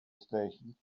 station